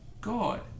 God